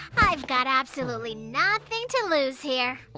i've got absolutely nothing to lose here.